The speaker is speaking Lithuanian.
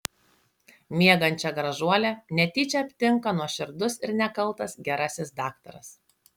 miegančią gražuolę netyčia aptinka nuoširdus ir nekaltas gerasis daktaras